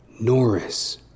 Norris